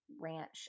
Ranch